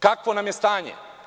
Kakvo nam je stanje?